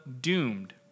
doomed